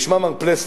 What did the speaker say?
ישמע מר פלסנר,